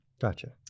Gotcha